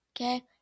okay